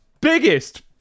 biggest